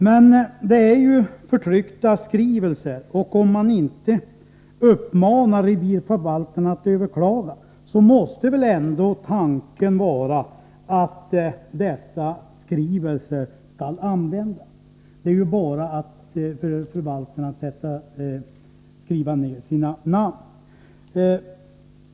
Men det gäller ju förtryckta besvärsskrivelser, och även om man från domänverket inte har uppmanat revirförvaltarna att överklaga, måste väl ändå tanken vara att dessa skrivelser skulle användas. Förvaltarna har ju bara att skriva under med sina namn.